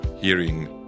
hearing